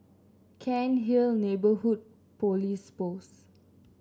Cairnhill Neighbourhood Police Post